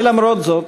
ולמרות זאת,